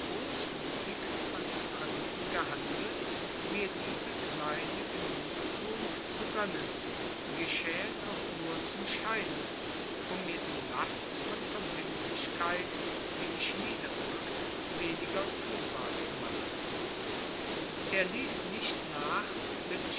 großmütig von dem prinzen gehandelt mir diese kleine genugtuung zu gönnen geschäh es auch nur zum scheine um mir die last von verbindlichkeit die mich niederdrückt weniger fühlbar zu machen er ließ nicht nach bis